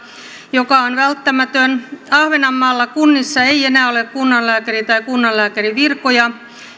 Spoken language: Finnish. joka on välttämätön ahvenanmaalla kunnissa ei enää ole kunnanlääkäreitä tai kunnanlääkärin virkoja